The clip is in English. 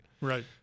Right